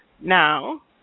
Now